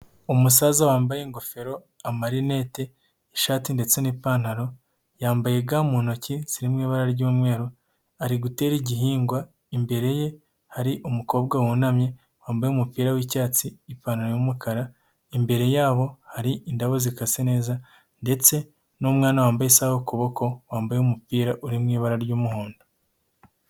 Umusaza wambaye ingofero amarinete ishati ndetse n'ipantaro yambaye ga mu ntoki zirimo ibara ry'umweru, ari gutera igihingwa imbere ye hari umukobwa wunamye wambaye umupira w'icyatsi ipantaro y'umukara imbere yabo hari indabo zikase neza ndetse n'umwana wambaye isaha ku kuboko wambaye umupira uri mu ibara ry'umuhondo.